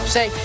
Say